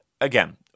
again